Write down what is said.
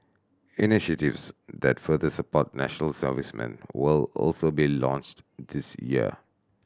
initiatives that further support national servicemen will also be launched this year